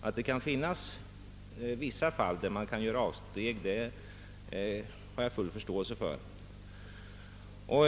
Att det kan finnas vissa fall där man måste göra avsteg har jag full förståelse för.